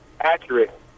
accurate